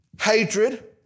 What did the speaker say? Hatred